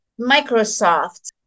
Microsoft